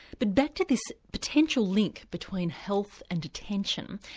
but back to this potential link between health and attention.